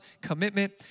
commitment